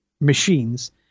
machines